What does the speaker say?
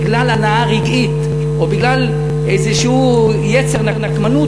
בגלל הנאה רגעית או בגלל איזשהו יצר נקמנות